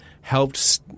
helped